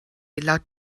laut